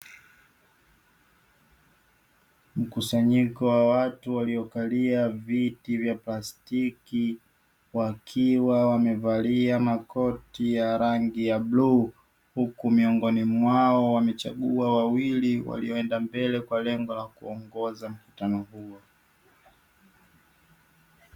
Mkusanyiko wa watu waliokalia viti vya plastiki wakiwa wamevalia makoti ya rangi ya bluu huku miongoni mwao wamechagua wawili walioenda mbele kwa lengo la kuongoza mkutano huo.